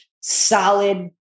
solid